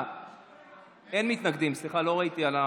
אין מתנגדים, סליחה, לא ראיתי.